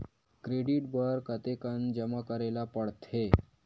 Credit बर कतेकन जमा करे ल पड़थे?